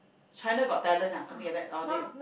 China Got Talent ah something like that or they